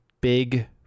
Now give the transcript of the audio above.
big